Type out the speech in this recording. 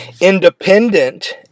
independent